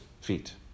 feet